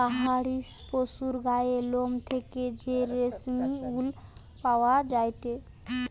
পাহাড়ি পশুর গায়ের লোম থেকে যে রেশমি উল পাওয়া যায়টে